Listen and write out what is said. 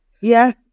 Yes